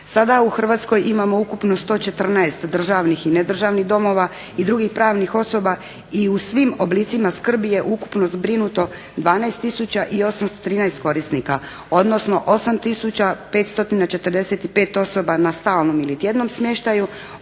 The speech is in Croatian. Sada u Hrvatskoj imamo ukupno 114 državnih i nedržavnih domova i drugih pravni osoba i u svim oblicima skrbi je ukupno zbrinuto 12813 korisnika, odnosno 8545 osoba na stalnom ili tjednom smještaju.